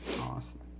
Awesome